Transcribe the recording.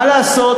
מה לעשות,